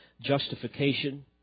justification